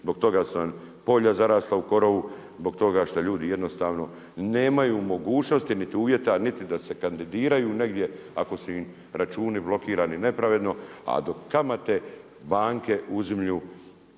zbog toga su vam polja zarasla u korovu, zbog toga šta ljudi jednostavno nemaju mogućnosti niti uvjeta niti da se kandidiraju negdje ako su im računi blokirani nepravedno, a kamate banke uzimaju